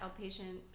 outpatient